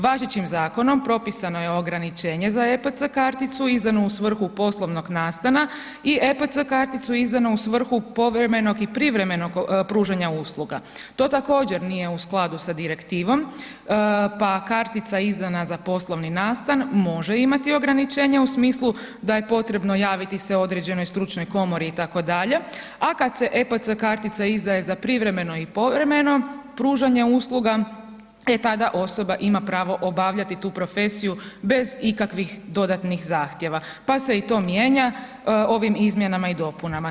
Važećim zakonom propisano je ograničenje za EPC karticu izdanu u svrhu poslovnog nastana i EPC karticu izdanu u svrhu povremenog i privremenog pružanja usluga, to također nije u skladu sa direktivom, pa kartica izdana za poslovni nastan može imati ograničenje u smislu da je potrebno javiti se određenoj stručnoj komori itd., a kad se EPC kartica izdaje za privremeno i povremeno pružanje usluga, e tada osoba ima pravo obavljati tu profesiju bez ikakvih dodatnih zahtjeva, pa se i to mijenja ovim izmjenama i dopunama.